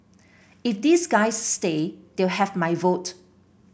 if these guys stay they'll have my vote